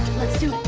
let's do